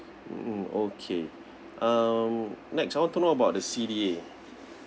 mm mm okay um next I want to know about the C_D_A